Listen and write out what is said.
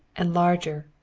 and larger,